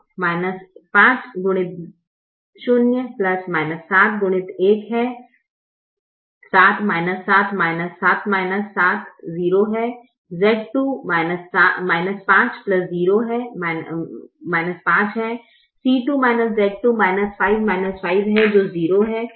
तो 7 है 7 0 है Z2 50 5 है C2 Z2 5 है जो 0 है